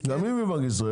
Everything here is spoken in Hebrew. עשינו,